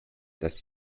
das